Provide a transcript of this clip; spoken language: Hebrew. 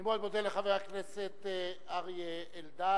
אני מאוד מודה לחבר הכנסת אריה אלדד.